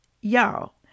Y'all